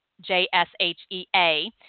J-S-H-E-A